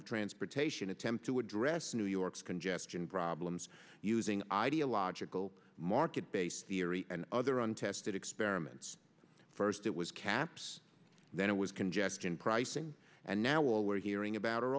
of transportation attempt to address new york's congestion problems using ideological market based theory and other untested experiments first it was caps then it was congestion pricing and now we're hearing about